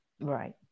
right